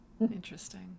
Interesting